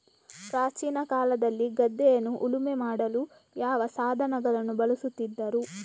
ಪ್ರಾಚೀನ ಕಾಲದಲ್ಲಿ ಗದ್ದೆಯನ್ನು ಉಳುಮೆ ಮಾಡಲು ಯಾವ ಸಾಧನಗಳನ್ನು ಬಳಸುತ್ತಿದ್ದರು?